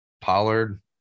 Pollard